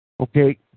Okay